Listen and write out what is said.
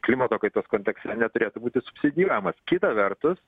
klimato kaitos kontekste neturėtų būti subsidijuojamas kita vertus